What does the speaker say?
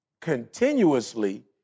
continuously